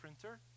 printer